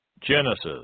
Genesis